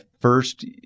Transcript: first